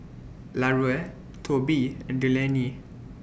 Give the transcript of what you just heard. Larue Tobe and Delaney